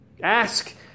Ask